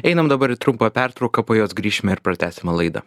einam dabar į trumpą pertrauką po jos grįšime ir pratęsime laidą